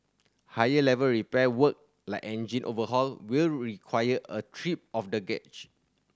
higher level repair work like engine overhaul will require a trip of the